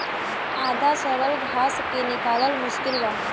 आधा सड़ल घास के निकालल मुश्किल बा